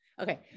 Okay